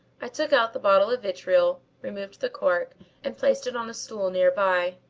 i took out the bottle of vitriol, removed the cork and placed it on a stool near by.